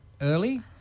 early